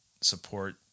support